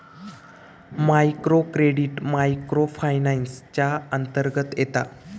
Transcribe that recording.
micro credit micro finance च्या अंतर्गत येता